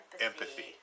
empathy